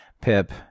pip